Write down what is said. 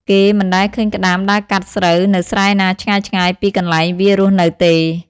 គេមិនដែលឃើញក្ដាមដើរកាត់ស្រូវនៅស្រែណាឆ្ងាយៗពីកន្លែងវារស់នៅទេ ។